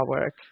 work